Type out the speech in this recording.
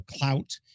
clout